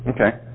Okay